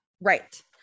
Right